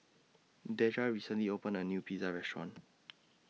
Deja recently opened A New Pizza Restaurant